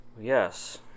yes